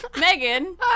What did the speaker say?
Megan